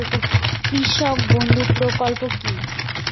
কৃষক বন্ধু প্রকল্প কি?